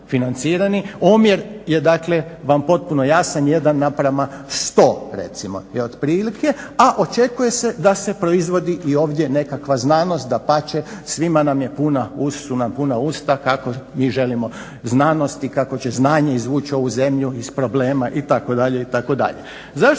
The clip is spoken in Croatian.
Omjer je dakle vam potpuno jasno, 1:100 recimo je otprilike, a očekuje se da se proizvodi i ovdje nekakva znanost, dapače svima nam je, svim su nam puna usta kako mi želimo znanosti i kako će znanje izvuć ovu zemlju iz problema itd.